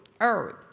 earth